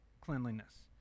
cleanliness